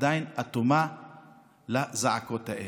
עדיין אטומה לזעקות האלה.